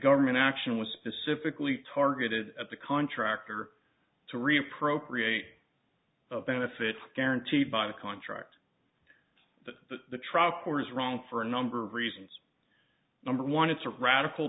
government action was specifically targeted at the contractor to reappropriate benefit guaranteed by the contract to the trial court is wrong for a number of reasons number one it's a radical